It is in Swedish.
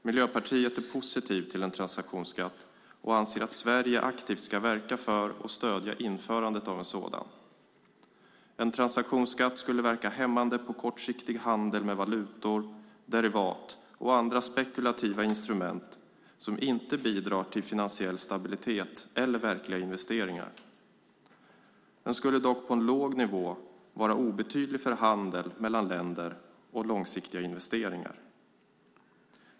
Miljöpartiet är positivt till en transaktionsskatt och anser att Sverige aktivt ska verka för och stödja införandet av en sådan. En transaktionsskatt skulle verka hämmande på kortsiktig handel med valutor, derivat och andra spekulativa instrument som inte bidrar till finansiell stabilitet eller verkliga investeringar. Den skulle dock på en låg nivå vara obetydlig för handel mellan länder och långsiktiga investeringar.